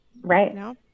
Right